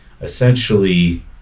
essentially